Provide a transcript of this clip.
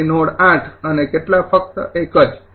તેથી નોડ ૮ અને કેટલા ફક્ત એક જ